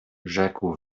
rzekł